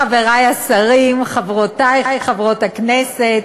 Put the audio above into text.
חברי השרים, חברותי חברות הכנסת,